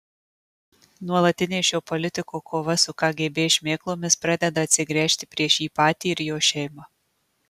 nuolatinė šio politiko kova su kgb šmėklomis pradeda atsigręžti prieš jį patį ir jo šeimą